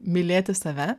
mylėti save